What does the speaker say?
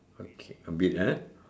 okay a bit ah